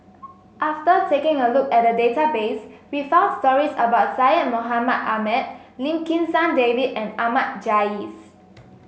after taking a look at the database we found stories about Syed Mohamed Ahmed Lim Kim San David and Ahmad Jais